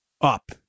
up